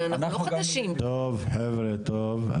טוב חבר'ה, טוב.